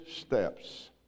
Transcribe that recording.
steps